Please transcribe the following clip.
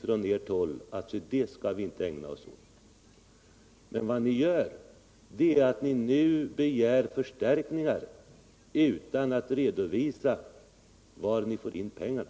från ert håll har sagt att ni inte skulle ägna er åt. Men vad ni nu gör är att ni begär förstärkningar utan att redovisa varifrån ni får in pengarna.